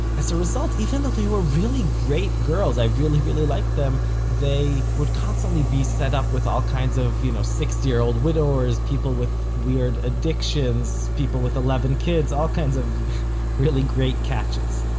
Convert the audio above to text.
as a result even though they were really great girls i really really liked them they would constantly be set up with all kinds of, you know, sixty year old widowers, people with weird addictions, people with eleven kids, all kinds of really really great catches.